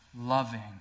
loving